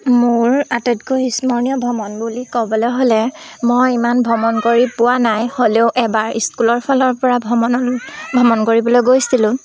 মোৰ আটাইতকৈ স্মৰণীয় ভ্ৰমণ বুলি ক'বলৈ হ'লে মই ইমান ভ্ৰমণ কৰি পোৱা নাই হ'লেও এবাৰ স্কুলৰ ফালৰ পৰা ভ্ৰমণ ভ্ৰমণ কৰিবলৈ গৈছিলোঁ